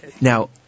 now